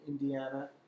Indiana